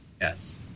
Yes